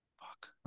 Fuck